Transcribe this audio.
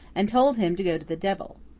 and told him to go to the devil.